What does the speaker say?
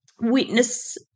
witness